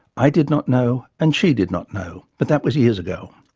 i did not know and she did not know but that was years ago.